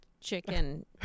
chicken